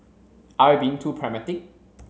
are we being too pragmatic